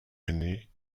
ainée